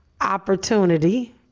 opportunity